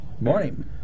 Morning